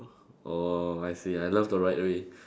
oh I see I love the right way